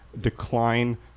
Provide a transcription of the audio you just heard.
decline